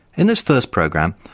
in this first program,